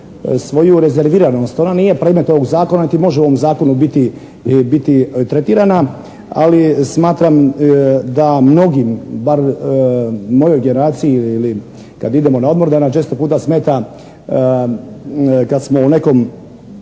svoju rezerviranost. Ona nije predmet ovog zakona niti može ovim zakonom biti tretirana ali smatram da mnogim bar mojoj generaciji ili kad idemo na odmor da nam često puta smeta kad smo u nekom